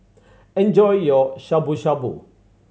enjoy your Shabu Shabu